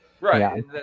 right